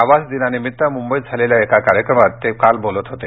आवास दिनानिमित्त मुंबईत झालेल्या कार्यक्रमात ते बोलत होते